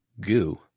goo